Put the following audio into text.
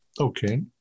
Okay